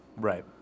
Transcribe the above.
Right